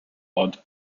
odd